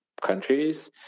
countries